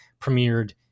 premiered